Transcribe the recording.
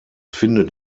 findet